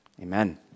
amen